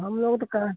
हम लोग तो करा